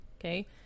okay